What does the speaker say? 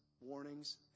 warnings